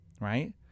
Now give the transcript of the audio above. right